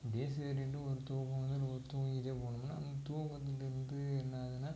அப்படியே சரின்ட்டு ஒரு தூக்கம் வருது இப்போ தூங்கிகிட்டே போனோம்னால் நம்ம தூக்கத்தில் இருந்து என்ன ஆகுதுன்னால்